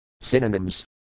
Synonyms